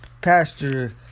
Pastor